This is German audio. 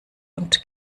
und